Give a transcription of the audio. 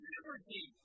Liberty